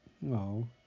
No